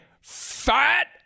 fat